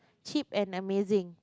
cheap and amazing